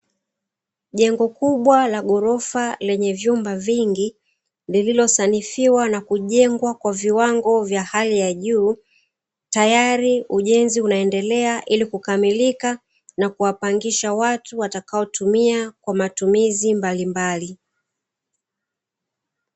Jengo kubwa la gorofa lenye vyumba vingi lililosanifiwa na kujengwa kwa viwango vya hali ya juu, tayari ujenzi unaendelea ilikukamilika na kuwapangisha watu watakaotumia kwa matumizi mbalimbali.